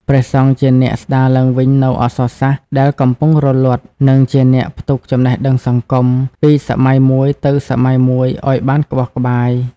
ព្រះសង្ឃជាអ្នក ស្តារឡើងវិញនូវអក្សរសាស្ត្រដែលកំពុងរលត់ និងជាអ្នក ផ្ទុកចំណេះដឹងសង្គម ពីសម័យមួយទៅសម័យមួយឱ្យបានក្បោះក្បាយ។